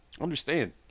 Understand